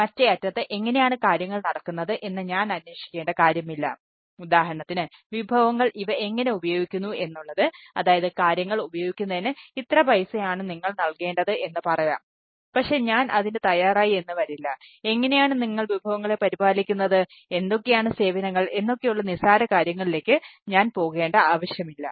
മറ്റേ അറ്റത്ത് എങ്ങനെയാണ് കാര്യങ്ങൾ നടക്കുന്നത് എന്ന് ഞാൻ അന്വേഷിക്കേണ്ട കാര്യമില്ല ഉദാഹരണത്തിന് വിഭവങ്ങൾ ഇവ എങ്ങനെ ഉപയോഗിക്കുന്നു എന്നുള്ളത് അതായത് കാര്യങ്ങൾ ഉപയോഗിക്കുന്നതിന് ഇത്ര പൈസയാണ് നിങ്ങൾ നൽകേണ്ടത് എന്ന് പറയാം പക്ഷേ ഞാൻ അതിന് തയ്യാറായി എന്ന് വരില്ല എങ്ങനെയാണ് നിങ്ങൾ വിഭവങ്ങളെ പരിപാലിക്കുന്നത് എന്തൊക്കെയാണ് സേവനങ്ങൾ എന്നൊക്കെയുള്ള നിസ്സാര കാര്യങ്ങളിലേക്ക് ഞാൻ പോകേണ്ട ആവശ്യമില്ല